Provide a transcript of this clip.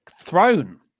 throne